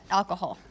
alcohol